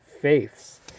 faiths